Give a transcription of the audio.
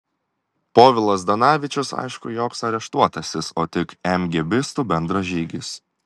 povilas zdanavičius aišku joks areštuotasis o tik emgėbistų bendražygis